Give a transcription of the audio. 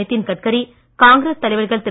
Nitin Gadkari Congress தலைவர்கள் திரு